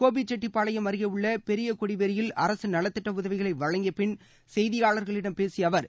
கோபிசெட்டிப்பாளையம் அருகே உள்ள பெரியகொடிவேரியில் அரசு நலத்திட்ட உதவிகளை வழங்கிய பின் செய்தியாளர்களிடம் பேசிய அவர்